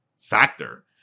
factor